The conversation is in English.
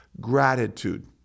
gratitude